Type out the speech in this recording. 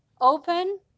open